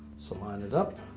so line it up,